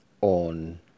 on